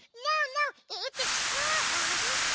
no, no it's a straw ah abby.